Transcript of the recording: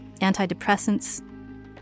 antidepressants